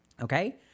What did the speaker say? Okay